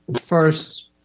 first